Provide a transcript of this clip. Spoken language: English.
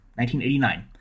1989